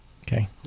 Okay